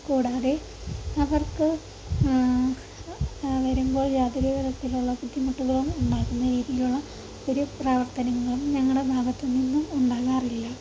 കൂടാതെ അവർക്ക് വരുമ്പോൾ യാതൊരു വിധത്തിലുള്ള ബുദ്ധിമുട്ടുകളും ഉണ്ടാക്കുന്ന രീതിയിലുള്ള ഒരു പ്രവർത്തനങ്ങളും ഞങ്ങളുടെ ഭാഗത്തു നിന്നും ഉണ്ടാകാറില്ല